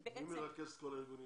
מי מרכז את כל הארגונים האלה?